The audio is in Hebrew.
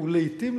ולעתים,